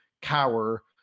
cower